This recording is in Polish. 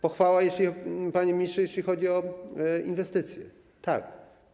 Pochwała, panie ministrze, jeśli chodzi o inwestycje, tak.